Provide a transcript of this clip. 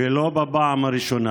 ולא בפעם הראשונה.